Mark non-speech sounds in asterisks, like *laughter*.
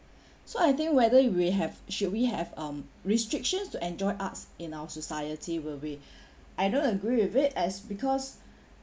*breath* so I think whether we have should we have um restrictions to enjoy arts in our society will be *breath* I don't agree with it as because